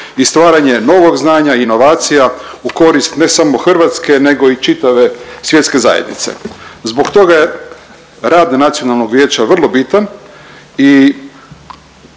i stvaranje novog znanja i inovacija u korist ne samo Hrvatske nego i čitave svjetske zajednice. Zbog toga je rad nacionalnog vijeća vrlo bitan i